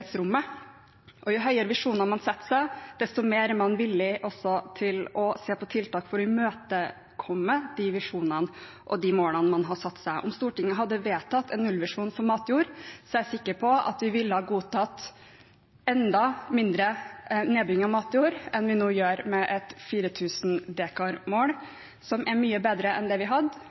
politiske mulighetsrommet. Jo høyere visjoner man setter seg, desto mer er man villig til å se på tiltak for å imøtekomme de visjonene og de målene man har satt seg. Om Stortinget hadde vedtatt en nullvisjon for matjord, er jeg sikker på at vi ville ha godtatt enda mindre nedbygging av matjord enn vi gjør nå med et mål på 4 000 dekar, som er mye bedre enn det vi